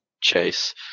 Chase